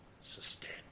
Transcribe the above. sustained